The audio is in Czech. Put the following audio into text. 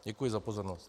Děkuji za pozornost.